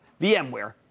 VMware